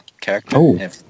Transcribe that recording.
character